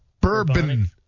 bourbon